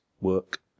work